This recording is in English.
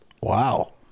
Wow